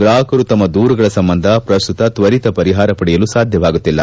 ಗ್ರಾಪಕರು ತಮ್ಮ ದೂರುಗಳ ಸಂಬಂಧ ಪ್ರಸ್ತುತ ತ್ವರಿತ ಪರಿಹಾರ ಪಡೆಯಲು ಸಾಧ್ಯವಾಗುತ್ತಿಲ್ಲ